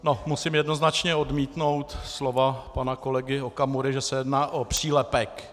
No, musím jednoznačně odmítnout slova pana kolegy Okamury, že se jedná o přílepek.